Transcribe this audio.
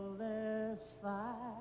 last